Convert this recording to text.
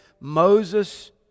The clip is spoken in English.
Moses